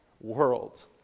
world